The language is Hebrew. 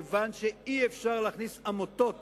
כיוון שאי-אפשר להכניס עמותות